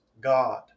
God